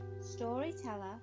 storyteller